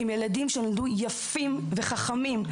הילדים האלה נולדו יפים וחכמים.